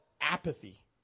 apathy